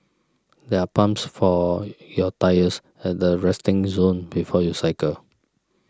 there are pumps for your tyres at the resting zone before you cycle